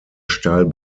steil